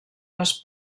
les